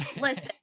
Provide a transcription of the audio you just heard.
Listen